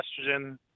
estrogen